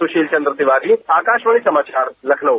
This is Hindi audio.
सुशील चन्द्व तिवारी आकाशवाणी समाचार लखनऊ